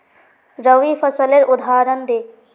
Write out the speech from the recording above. रवि फसलेर उदहारण दे?